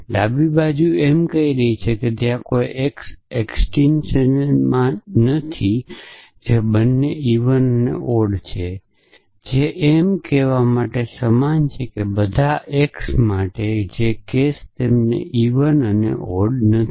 આ ડાબી બાજુ એમ કહી રહી છે કે ત્યાં કોઈ x અસ્તિત્વમાં નથી જે બંને ઈવન અને ઓડ છે જે એમ કહેવા માટે સમાન છે કે બધા x માટે કે જે કેસ તેમના માટે ઈવન અને ઓડ નથી